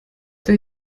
der